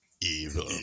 Evil